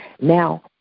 Now